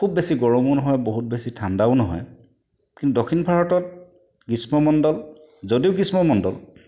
খুব বেছি গৰমো নহয় বহুত বেছি ঠাণ্ডাও নহয় কিন্তু দক্ষিণ ভাৰতত গ্ৰীষ্ম মণ্ডল যদিও গ্ৰীষ্ম মণ্ডল